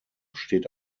steht